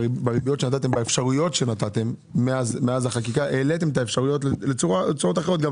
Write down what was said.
באפשרויות שנתתם מאז החקיקה העליתם את האפשרויות לתשואות אחרות.